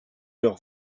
leur